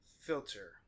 filter